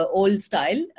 old-style